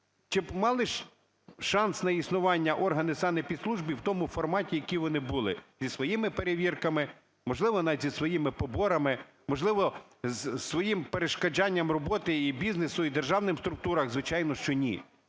Чи мали б шанс на існування органи санепідслужби в тому форматі, які вони були зі своїми перевірками, можливо, навіть із своїми поборами, можливо, із своїм перешкоджанням роботи і бізнесу, і державним структурам? Звичайно, що ні.